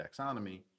taxonomy